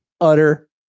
utter